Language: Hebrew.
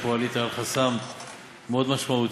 אתה פה עלית על חסם מאוד משמעותי,